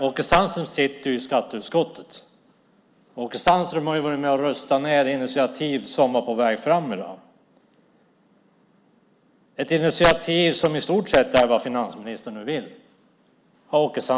Åke Sandström sitter i skatteutskottet, och han har varit med och röstat ned ett initiativ. Det är ett initiativ som i stort sett överensstämmer med vad finansministern vill göra.